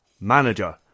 manager